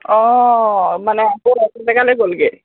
অঁ মানে আকৌ সেইটো জেগালৈ গ'লগৈ